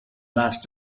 last